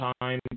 time